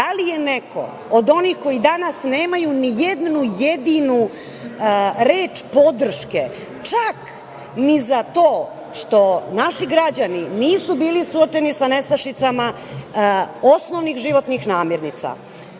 da li je neko od onih koji danas nemaju nijednu jedinu reč podrške, čak ni za to što naši građani nisu bili suočeni sa nestašicama osnovnih životnih namernica? Vlada